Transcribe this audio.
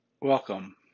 Welcome